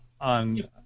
on